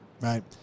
right